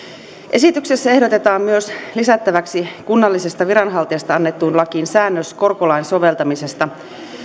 esityksessä ehdotetaan myös lisättäväksi kunnallisesta viranhaltijasta annettuun lakiin säännös korkolain soveltamisesta